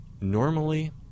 Normally